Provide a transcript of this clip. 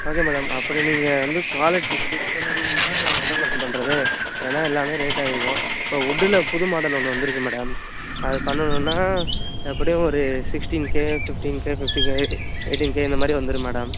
okay madam அப்படி நீங்கள் வந்து குவாலிட்டி டிஸ்கவுண்ட் பண்ணனும்னா நாங்கள் என்ன மேடம் பண்ணுறது ஏன்னா எல்லாமே ரேட் அதிகம் இப்போ வுட்டில் புது மாடல் ஒன்று வந்து இருக்கு மேடம் அதை பண்ணனும்னா எப்படியும் ஒரு sixteen K fifteen K fifty K eighteen K இந்தமாதிரி வந்துரும் மேடம்